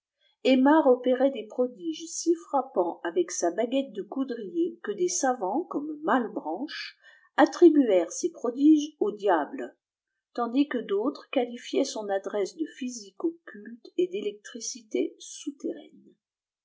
aymar opérait des prodiges si frappants avec sa baguette de coudrier que des savants comme mallebrauche attribuèrent ces prodiges au diable tandis que d'autres qualifiaient son adresse de physique occulte et d'électricité souterraine